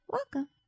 Welcome